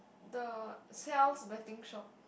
the Seow's betting shop